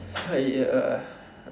!aiya!